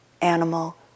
animal